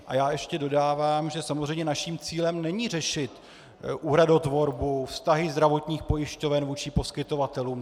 A já ještě dodávám, že samozřejmě naším cílem není řešit úhradotvorbu, vztahy zdravotních pojišťoven vůči poskytovatelům.